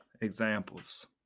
examples